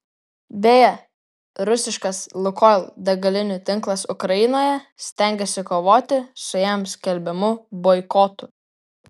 beje rusiškas lukoil degalinių tinklas ukrainoje stengiasi kovoti su jam skelbiamu boikotu